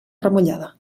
remullada